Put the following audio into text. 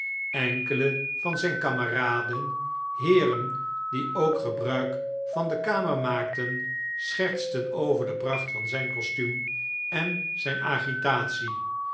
enkele van zijn kameraden heeren die ook gebruik van de kamer maakten schertsten over de pracht van zijn costuum en zijn